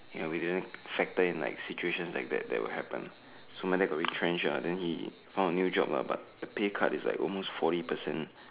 ya we didn't factor in like situations like that that would happen so my dad got retrenched lah and then he found a new job lah but the pay cut is like almost forty percent